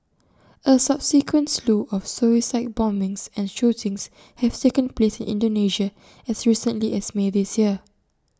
A subsequent slew of suicide bombings and shootings have taken place in Indonesia as recently as may this year